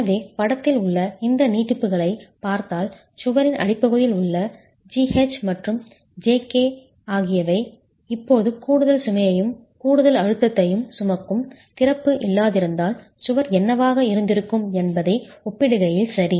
எனவே படத்தில் உள்ள இந்த நீட்டிப்புகளைப் பார்த்தால் சுவரின் அடிப்பகுதியில் உள்ள ஜிஹெச் மற்றும் ஜேகே ஆகியவை இப்போது கூடுதல் சுமையையும் கூடுதல் அழுத்தத்தையும் சுமக்கும் திறப்பு இல்லாதிருந்தால் சுவர் என்னவாக இருந்திருக்கும் என்பதை ஒப்பிடுகையில் சரி